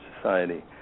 society